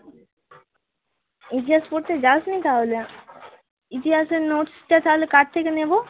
ইতিহাস পড়তে যাস নি তাহলে ইতিহাসের নোটসটা তাহলে কার থেকে নেবো